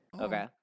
Okay